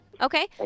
Okay